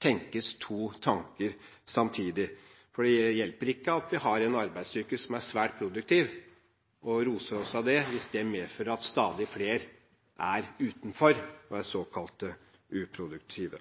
tenkes to tanker samtidig. Det hjelper ikke at vi har en arbeidsstyrke som er svært produktiv, og roser oss for det, hvis det medfører at stadig flere er utenfor og er